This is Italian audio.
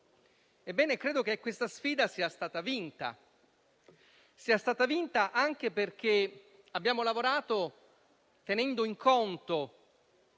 Ebbene, credo che questa sfida sia stata vinta, anche perché abbiamo lavorato tenendo conto